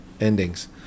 endings